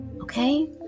Okay